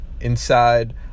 inside